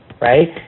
right